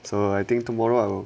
so I think tomorrow I will